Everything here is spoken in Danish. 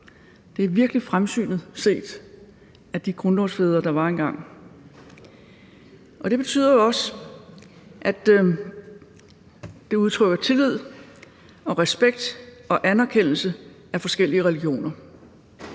Det var virkelig fremsynet set af de grundlovsfædre, der var engang, og det betyder jo også, at det udtrykker tillid og respekt og anerkendelse af forskellige religioner,